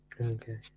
Okay